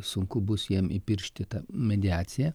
sunku bus jam įpiršti tą mediaciją